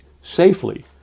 safely